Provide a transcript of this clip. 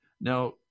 Now